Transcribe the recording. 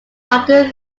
argued